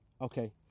okay